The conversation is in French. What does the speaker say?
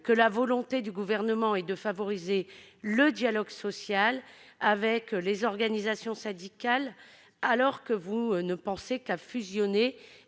que la volonté du Gouvernement est de favoriser le dialogue social avec les organisations syndicales, quand il ne pense qu'à fusionner